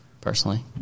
personally